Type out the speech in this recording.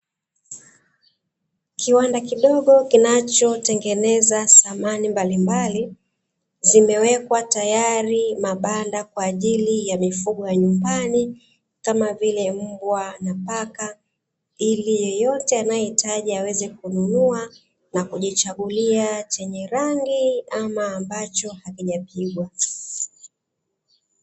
Kiwanda kidogo kinachotengeneza samani mbalimbali, zimewekwa tayari mabanda kwa ajili ya mifugo ya nyumbani, kama vile mbwa na paka, ili yeyote anayehitaji aweze kununua na kujichagulia, chenye rangi ama ambacho hakijapigwa.